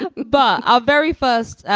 and but our very first,